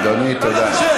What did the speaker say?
והיא תמשיך